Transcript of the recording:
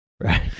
Right